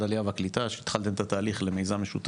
העלייה והקליטה שהתחלתם את התהליך למיזם משותף,